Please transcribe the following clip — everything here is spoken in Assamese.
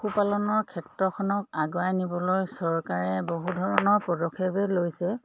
পশুপালনৰ ক্ষেত্ৰখনক আগুৱাই নিবলৈ চৰকাৰে বহু ধৰণৰ পদক্ষেপে লৈছে